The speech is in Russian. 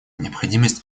необходимость